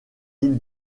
île